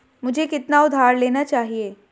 मुझे कितना उधार लेना चाहिए?